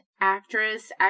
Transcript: actress